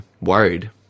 worried